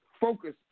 focus